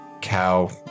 cow